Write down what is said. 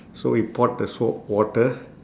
so we poured the soap water